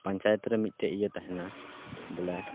ᱯᱚᱧᱪᱟᱭᱮᱛ ᱨᱮ ᱢᱤᱫᱴᱮᱡ ᱤᱭᱟᱹ ᱛᱟᱦᱮᱱᱟ ᱵᱚᱞᱮ